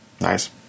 Nice